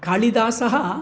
कालिदासः